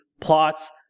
plots